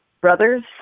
brothers